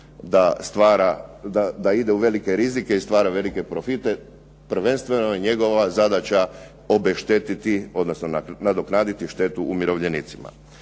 da ide u velike rizike i stvara velike profite. Prvenstveno je njegova zadaća obeštetiti, odnosno nadoknaditi štetu umirovljenicima.